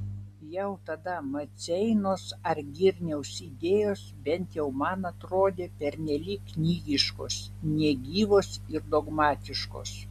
jau tada maceinos ar girniaus idėjos bent jau man atrodė pernelyg knygiškos negyvos ir dogmatiškos